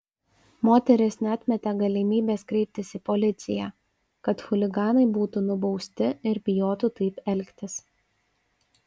moteris neatmetė galimybės kreiptis į policiją kad chuliganai būtų nubausti ir bijotų taip elgtis